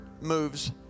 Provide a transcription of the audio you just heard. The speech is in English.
moves